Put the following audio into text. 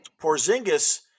Porzingis